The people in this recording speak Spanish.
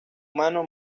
humano